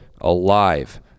alive